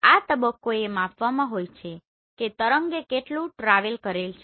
આ તબક્કો એ માપવામાં હોય છે કે તરંગે કેટલુ ટ્રાવેલ કરેલ છે